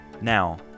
Now